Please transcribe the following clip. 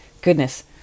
Goodness